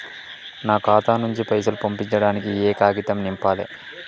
నా ఖాతా నుంచి పైసలు పంపించడానికి ఏ కాగితం నింపాలే?